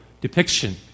depiction